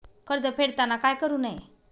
कर्ज फेडताना काय करु नये?